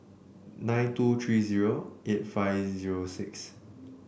nine two three zero eight five zero six